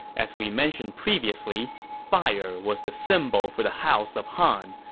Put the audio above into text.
as we mentioned previously, fire was the symbol for the house of han,